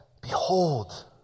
behold